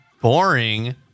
Boring